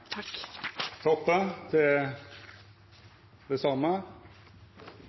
Takk til